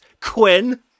Quinn